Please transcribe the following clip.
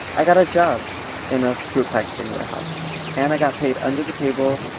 i got a job in a fruit packaging warehouse and i got paid under the table,